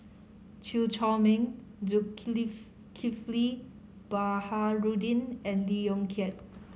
Chew Chor Meng Baharudin and Lee Yong Kiat